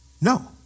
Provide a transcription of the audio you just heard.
no